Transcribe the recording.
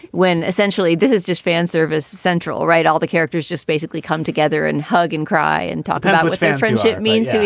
when essentially this is just fanservice central, right. all the characters just basically come together and hug and cry and talk about which fan friendship means to me.